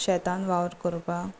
शेतांत वावर करपाक